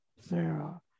Sarah